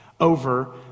over